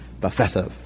Professor